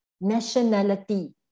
nationality